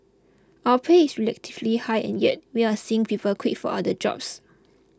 our pay is relatively high and yet we're seeing people quit for other jobs